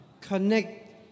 Connect